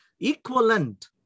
equivalent